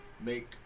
make